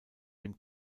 dem